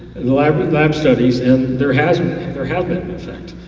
and live but live studies, and there has there has been an effect.